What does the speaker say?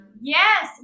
Yes